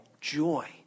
joy